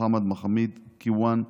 מוחמד מחאמיד כיוואן,